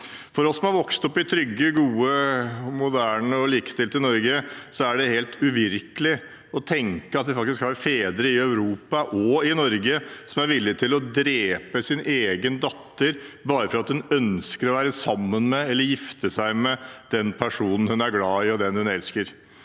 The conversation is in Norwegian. For oss som har vokst opp i trygge, gode, moderne og likestilte Norge, er det helt uvirkelig å tenke på at det faktisk er fedre i Europa og i Norge som er villige til å drepe sin egen datter bare fordi hun ønsker å være sammen med eller gifte seg med den personen hun er glad i, den hun elsker.